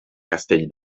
castell